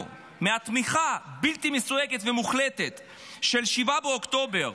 מתמיכה בלתי מסויגת ומוחלטת של 7 באוקטובר,